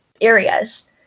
areas